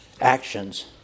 actions